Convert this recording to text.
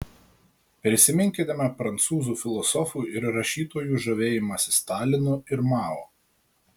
prisiminkime prancūzų filosofų ir rašytojų žavėjimąsi stalinu ir mao